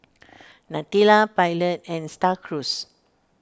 Nutella Pilot and Star Cruise